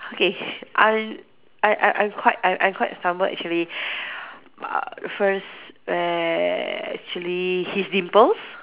okay I'm I I I quite I I quite stumbled actually uh the first actually his dimples